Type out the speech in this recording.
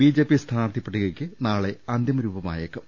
BJP സ്ഥാനാർഥി പട്ടികയ്ക്ക് നാളെ അന്തിമ രൂപമായേക്കും